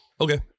Okay